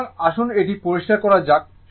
সুতরাং আসুন এটি পরিষ্কার করা যাক